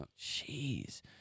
jeez